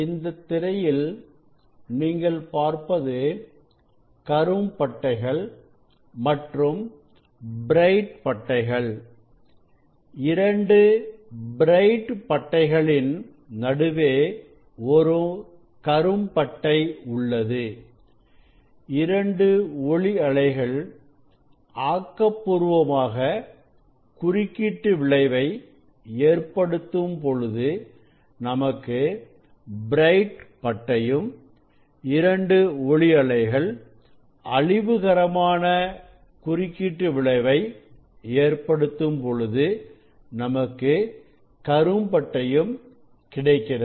இந்தத் திரையில் நீங்கள் பார்ப்பது கரும் பட்டைகள் மற்றும் பிரைட் பட்டைகள் இரண்டு பிரைட் பட்டைகளின் நடுவே ஒரு கரும் பட்டை உள்ளது இரண்டு ஒளி அலைகள் ஆக்கப்பூர்வமாக குறுக்கீட்டு விளைவு ஏற்படுத்தும் பொழுது நமக்கு பிரைட் பட்டையும் இரண்டு ஒளி அலைகள் அழிவுகரமான குறுக்கிட்டு விளைவை ஏற்படுத்தும் போது நமக்கு கரும் பட்டையும் கிடைக்கிறது